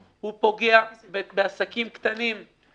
הוא פוגע בעסקים קטנים.